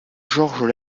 georges